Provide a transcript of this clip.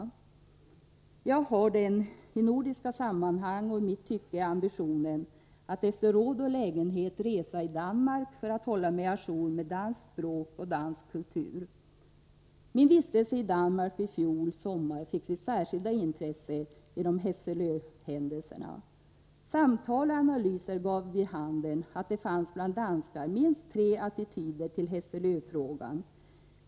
förhandlingar med Danmark | Jag har en ambition —i nordiska sammanhang och i mitt tycke — att efter råd och lägenhet resa i Danmark för att hålla mig å jour med danskt språk och dansk kultur. Min vistelse i Danmark i fjol sommar fick sitt särskilda intresse genom Hesselö-händelserna. | Samtal och analyser gav vid handen att det bland danskar fanns minst tre attityder till Hesselö-frågan.